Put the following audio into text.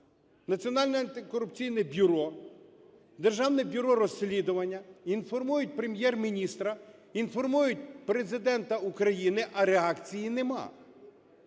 Національне антикорупційне бюро, Державне бюро розслідування, інформують Прем'єр-міністра, інформують Президента України, а реакції немає?